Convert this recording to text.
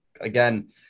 Again